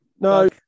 No